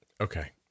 Okay